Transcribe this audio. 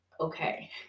okay